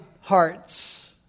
hearts